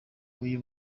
uyu